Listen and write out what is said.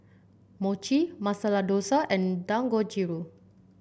Mochi Masala Dosa and Dangojiru